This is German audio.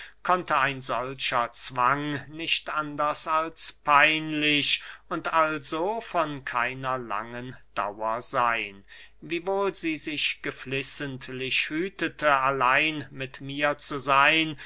konnte ein solcher zwang nicht anders als peinlich und also von keiner langen dauer seyn wiewohl sie sich geflissentlich hütete allein mit mir zu seyn